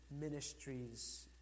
ministries